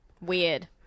Weird